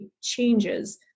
changes